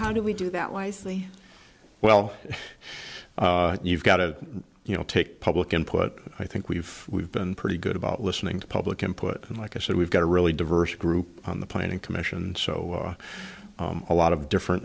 how do we do that wisely well you've got to you know take public input i think we've we've been pretty good about listening to public input and like i said we've got a really diverse group on the planning commission and so a lot of different